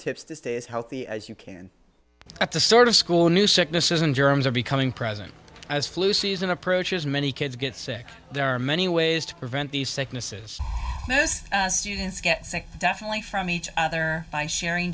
tips to stay as healthy as you can at the start of school new sickness isn't germs are becoming present as flu season approaches many kids get sick there are many ways to prevent these sicknesses students get sick definitely from each other by sharing